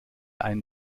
einem